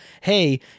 hey